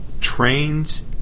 trains